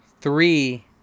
Three